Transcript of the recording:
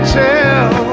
tell